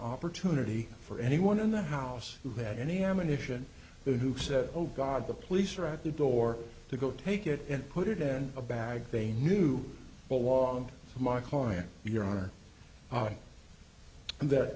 opportunity for anyone in the house who had any ammunition who said oh god the police are at the door to go take it and put it in a bag they knew what was on my client your honor and that